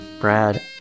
Brad